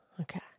Okay